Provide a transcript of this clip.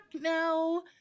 now